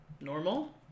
normal